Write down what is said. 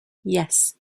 yes